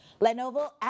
Lenovo